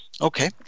Okay